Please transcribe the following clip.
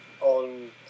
on